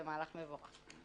זה מהלך מבורך,